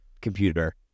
computer